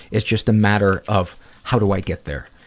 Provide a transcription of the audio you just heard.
it's just a matter of how do i get there?